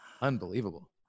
Unbelievable